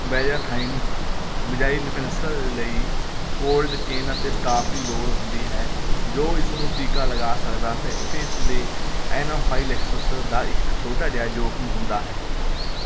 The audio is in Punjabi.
ਬੈਂਜ਼ਾਥਾਈਨ ਬੈਂਜ਼ਾਈਲਪੈਨਿਸਿਲਿਨ ਲਈ ਕੋਲਡ ਚੇਨ ਅਤੇ ਸਟਾਫ਼ ਦੀ ਲੋੜ ਹੁੰਦੀ ਹੈ ਜੋ ਇਸ ਨੂੰ ਟੀਕਾ ਲਗਾ ਸਕਦਾ ਹੈ ਅਤੇ ਇੱਥੇ ਐਨਾਫਾਈਲੈਕਸਿਸ ਦਾ ਇੱਕ ਛੋਟਾ ਜਿਹਾ ਜੋਖ਼ਮ ਹੁੰਦਾ ਹੈ